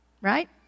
right